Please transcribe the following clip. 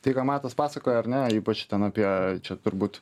tai ką matas pasakoja ar ne ypač ten apie čia turbūt